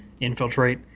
infiltrate